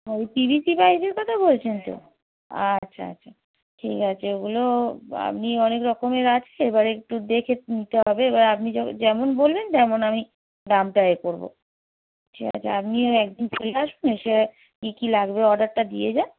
ওই P V C পাইপের কথা বলছেন তো আচ্ছা আচ্ছা ঠিক আছে ওগুলো আপনি অনেক রকমের আছে এবারে একটু দেখে নিতে হবে এবার আপনি যবে যেমন বলবেন তেমন আমি দামটা এ করব ঠিক আছে আপনি ওই একদিন চলে আসুন এসে কী কী লাগবে অর্ডারটা দিয়ে যান